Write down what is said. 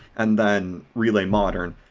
and then relay modern,